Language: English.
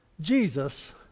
Jesus